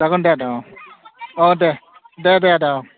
जागोन दे आदा अ दे दे दे आदा दे